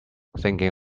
thinking